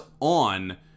on